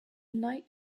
night